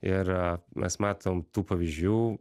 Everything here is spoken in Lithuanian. ir mes matom tų pavyzdžių